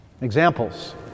Examples